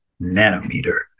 nanometer